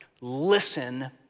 Listen